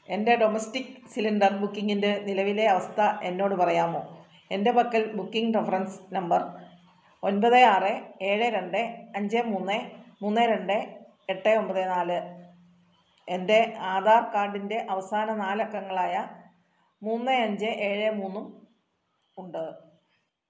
എൻ്റെ domestic cylinder ബുക്കിംഗിൻ്റെ നിലവിലെ അവസ്ഥ എന്നോട് പറയാമോ എൻ്റെ പക്കൽ ബുക്കിംഗ് റെഫറൻസ് നമ്പർ ഒൻപത് ആറ് ഏഴ് രണ്ട് അഞ്ച് മൂന്ന് മൂന്ന് രണ്ട് എട്ട് ഒൻപത് നാല് എൻ്റെ ആധാർ കാഡിൻ്റെ അവസാനം നാലക്കങ്ങളായ മൂന്ന് അഞ്ച് ഏഴ് മൂന്നും ഉണ്ട്